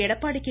Edappadi K